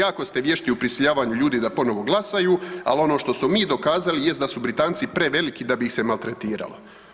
Jako ste vješti u prisiljavanju ljudi da ponovno glasaju, ali ono što smo mi dokazali jest da su Britanci preveliki da bi ih se maltretiralo.